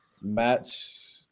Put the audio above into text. Match